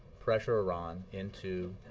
pressure iran into